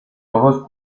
ojos